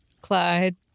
Clyde